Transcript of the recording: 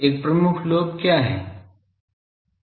एक प्रमुख लोब क्या है